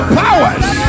powers